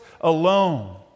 alone